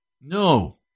No